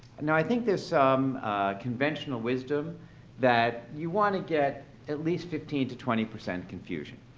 now i think there's some conventional wisdom that you wanna get at least fifteen to twenty percent confusion.